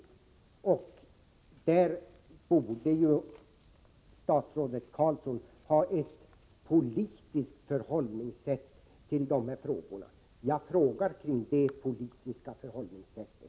Statsrådet Carlsson borde ju ha ett politiskt förhållningssätt till den frågan — och jag frågar om det politiska förhållningssättet.